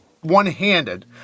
one-handed